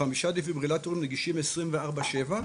חמישה דפיברילטורים נגישים 24/7,